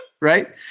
right